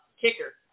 kicker